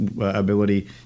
ability